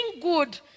good